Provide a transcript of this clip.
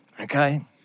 Okay